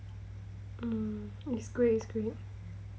mm it's great it's great